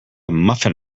muffin